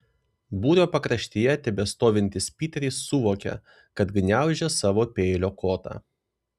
būrio pakraštyje tebestovintis piteris suvokė kad gniaužia savo peilio kotą